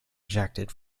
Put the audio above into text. ejected